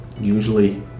usually